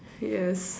yes